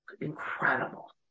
incredible